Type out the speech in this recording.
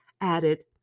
added